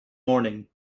morning